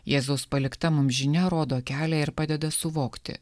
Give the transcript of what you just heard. jėzaus palikta mums žinia rodo kelią ir padeda suvokti